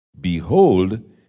behold